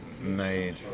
made